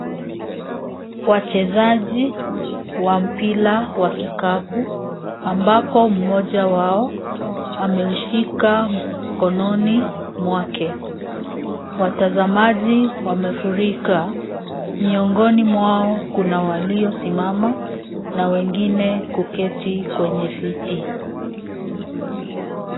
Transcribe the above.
Wachezaji wa mpira wa kikapu ambapo mmoja wao ameushika mkononi mwake, watazamaji wamefurika miongoni mwao kuna waliosimama na wengine kuketi kwenye viti.